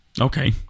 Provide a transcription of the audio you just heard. Okay